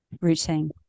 routine